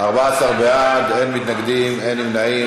14 בעד, אין מתנגדים, אין נמנעים.